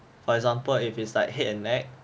for example if it's like head and neck